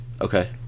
Okay